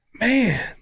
Man